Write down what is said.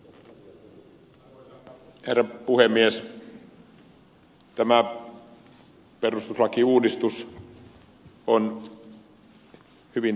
tämä perustuslakiuudistus on hyvin tasapainoinen